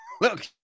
Look